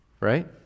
right